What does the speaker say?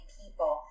people